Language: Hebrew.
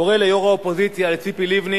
לכן אני קורא ליו"ר האופוזיציה ציפי לבני